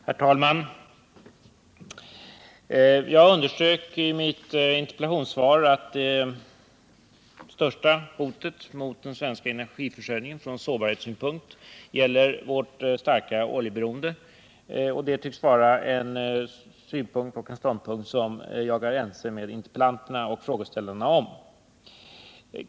Herr talman! Jag underströk i mitt interpellationssvar att största hotet mot den svenska energiförsörjningen från sårbarhetssynpunkt gäller vårt starka oljeberoende. Det tycks vara en ståndpunkt som jag är ense med interpellanten och frågeställaren om.